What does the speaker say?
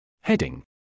Heading